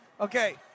Okay